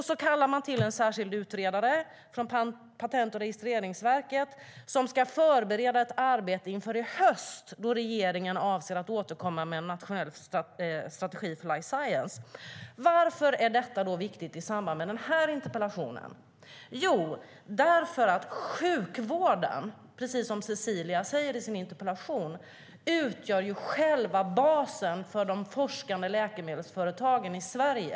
Så kallar man en särskild utredare från Patent och registreringsverket som ska förbereda ett arbete inför i höst, då regeringen avser att återkomma med en nationell strategi för life science. Varför är detta då viktigt i samband med den här interpellationen? Jo, sjukvården utgör, precis som Cecilia säger i sin interpellation, själva basen för de forskande läkemedelsföretagen i Sverige.